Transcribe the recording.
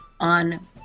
on